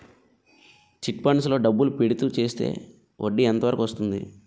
Chit funds లో డబ్బులు పెడితే చేస్తే వడ్డీ ఎంత వరకు వస్తుంది?